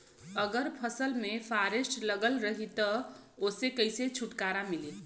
अगर फसल में फारेस्ट लगल रही त ओस कइसे छूटकारा मिली?